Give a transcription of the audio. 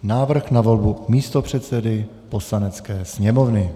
Návrh na volbu místopředsedy Poslanecké sněmovny